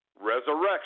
resurrection